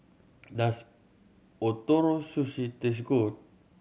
does Ootoro Sushi taste good